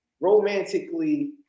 romantically